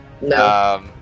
No